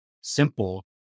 simple